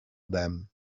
them